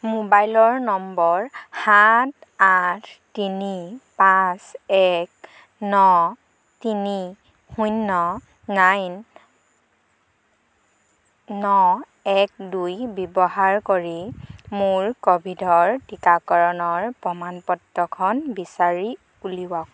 ম'বাইলৰ নম্বৰ সাত আঠ তিনি পাঁচ এক ন তিনি শূন্য ন এক দুই ব্যৱহাৰ কৰি মোৰ ক'ভিডৰ টীকাকৰণৰ প্ৰমাণ পত্ৰখন বিচাৰি উলিয়াওক